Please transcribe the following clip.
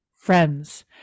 friends